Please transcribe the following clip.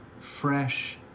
fresh